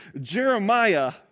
Jeremiah